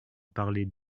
parler